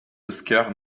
oscar